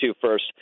first